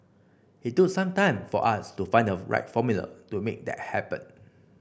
it took some time for us to find the right formula to make that happen